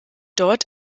dort